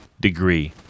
degree